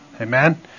Amen